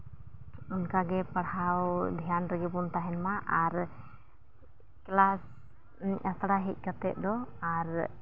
ᱚᱱᱠᱟᱜᱮ ᱯᱟᱲᱦᱟᱣ ᱫᱷᱮᱭᱟᱱ ᱨᱮᱜᱮ ᱵᱚᱱ ᱛᱟᱦᱮᱱᱢᱟ ᱟᱨ ᱠᱞᱟᱥ ᱟᱥᱲᱟ ᱦᱮᱡ ᱠᱟᱛᱮᱫ ᱫᱚ ᱟᱨ